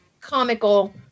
comical